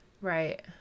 Right